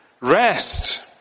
rest